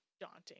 daunting